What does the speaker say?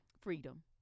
Freedom